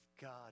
God